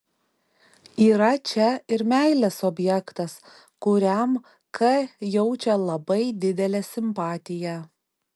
yra čia ir meilės objektas kuriam k jaučia labai didelę simpatiją